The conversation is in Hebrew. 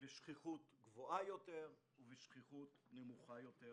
בשכיחות גבוהה יותר ובשכיחות נמוכה יותר.